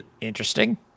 Interesting